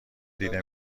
دیده